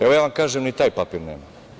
Evo, ja vam kažem - ni taj papir nema.